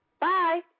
Bye